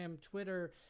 twitter